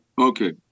Okay